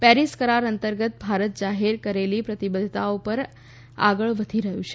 Paris કરાર અંતર્ગત ભારત જાહેર કરેલી પ્રતિબદ્વતાઓ પર આગળ વધી રહ્યું છે